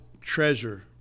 treasure